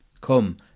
Come